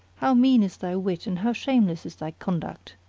how mean is thy wit and how shameless is thy conduct!